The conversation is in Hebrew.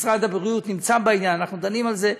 משרד הבריאות בעניין, אנחנו דנים בזה.